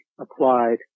applied